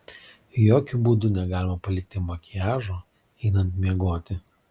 jokiu būdu negalima palikti makiažo einant miegoti